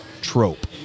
trope